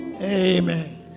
Amen